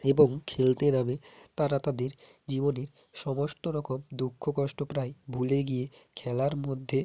এবং খেলতে নামে তারা তাদের জীবনের সমস্ত রকম দুঃখ কষ্ট প্রায় ভুলে গিয়ে খেলার মধ্যে